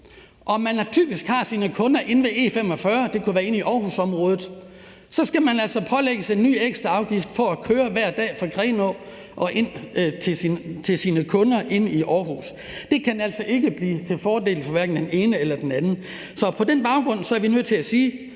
og man typisk har sine kunder inde omkring E 45 – det kunne være i Aarhusområdet – bliver man altså pålagt en ny ekstra afgift for at køre hver dag fra Grenaa og ind til sine kunder i Aarhus. Det kan altså ikke være en fordel, hverken for den ene eller den anden. Så på den baggrund er vi nødt til at sige,